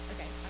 Okay